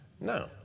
No